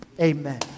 Amen